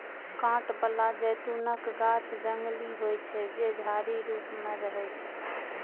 कांट बला जैतूनक गाछ जंगली होइ छै, जे झाड़ी रूप मे रहै छै